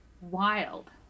Wild